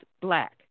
black